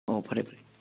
ꯑꯣ ꯐꯔꯦ ꯐꯔꯦ